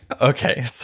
Okay